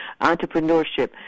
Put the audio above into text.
entrepreneurship